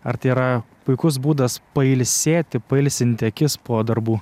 ar tai yra puikus būdas pailsėti pailsinti akis po darbų